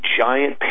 giant